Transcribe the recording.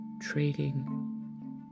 trading